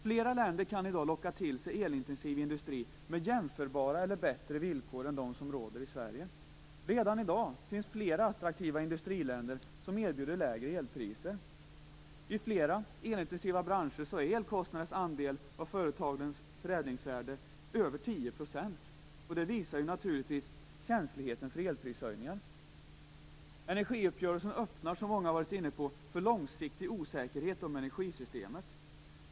Flera länder kan i dag locka till sig elintensiv industri med jämförbara villkor eller med villkor som är bättre än de som råder i Sverige. Redan i dag finns det flera attraktiva industriländer som erbjuder lägre elpriser. I flera elintensiva branscher utgör elkostnadens andel av företagens förädlingsvärde mer än 10 %. Det visar naturligtvis på känsligheten för elprishöjningar. Energiuppgörelsen öppnar, som många varit inne på, för en långsiktig osäkerhet om energisystemet.